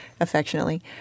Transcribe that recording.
affectionately